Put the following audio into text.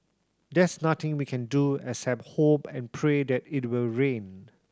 there's nothing we can do except hope and pray that it will rained